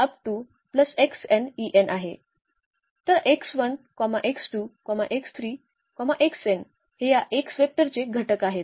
तर x 1 x 2 x 3 x n हे या x वेक्टरचे घटक आहेत